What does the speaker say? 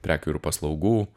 prekių ir paslaugų